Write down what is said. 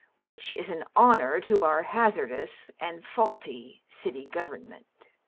which is an honor to our hazardous and faulty city government.